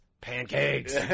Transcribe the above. pancakes